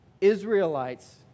Israelites